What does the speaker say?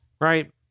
Right